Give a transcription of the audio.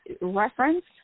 reference